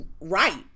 right